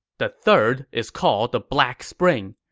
the third is called the black spring.